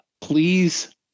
Please